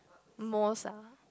most ah